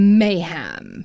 mayhem